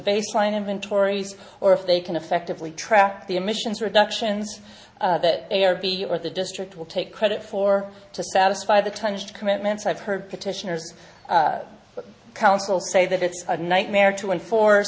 baseline inventories or if they can effectively track the emissions reductions that a or b or the district will take credit for to satisfy the tonnage commitments i've heard petitioner's counsel say that it's a nightmare to enforce